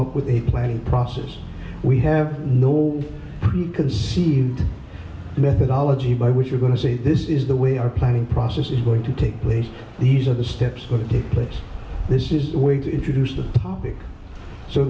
up with a planning process we have no conceived methodology by which we're going to say this is the way our planning process is going to take place these are the steps that take place this is the way to introduce the public so